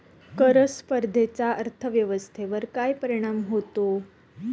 कर स्पर्धेचा अर्थव्यवस्थेवर काय परिणाम होतो?